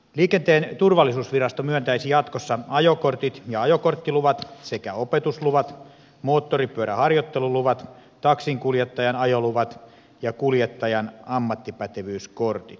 liikenteen turvallisuusvirasto myöntäisi jatkossa ajokortit ja ajokorttiluvat sekä opetusluvat moottoripyörän harjoitteluluvat taksinkuljettajan ajoluvat ja kuljettajan ammattipätevyyskortit